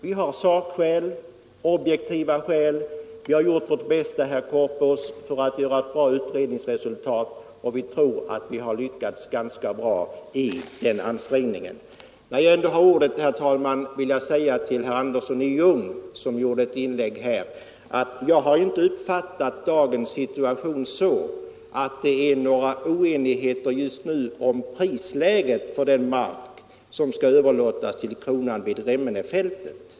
Vi har haft sakskäl, objektiva skäl. Vi har gjort vårt bästa, herr Korpås, för att komma fram till ett tillfredsställande utredningsresultat, och jag tror att vi lyckats ganska bra i den ansträngningen. När jag ändå har ordet, herr talman, vill jag säga till herr Andersson i Ljung att jag inte har uppfattat situationen så att det just nu råder oenighet om prisläget för den mark som skall överlåtas till kronan vid Remmenefältet.